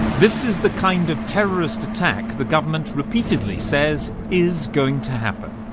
this is the kind of terrorist attack the government repeatedly says is going to happen.